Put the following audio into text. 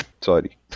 Sorry